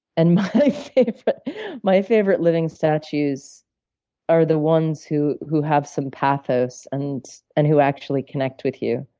and my favorite my favorite living statues are the ones who who have some pathos and and who actually connect with you.